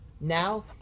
Now